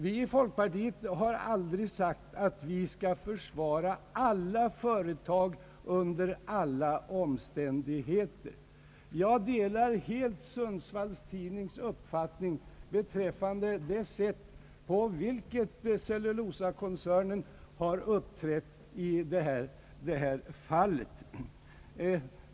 Vi i folkpartiet har aldrig sagt att vi skall försvara alla företag under alla omständigheter. Jag delar helt Sundsvalls Tidnings uppfattning beträffande det sätt på vilket Cellulosakoncernen uppträtt i detta fall.